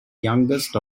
youngest